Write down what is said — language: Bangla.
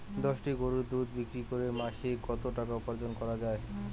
দশটি গরুর দুধ বিক্রি করে মাসিক কত টাকা উপার্জন করা য়ায়?